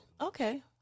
Okay